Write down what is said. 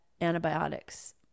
antibiotics